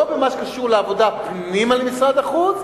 לא במה שקשור לעבודה פנימה למשרד החוץ,